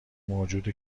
موجود